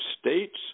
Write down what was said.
States